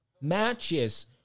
matches